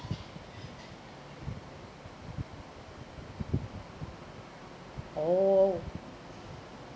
oh